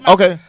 Okay